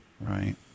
Right